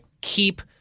keep